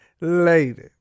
lady